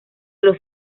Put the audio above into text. los